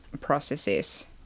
processes